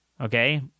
Okay